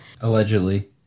Allegedly